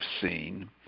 seen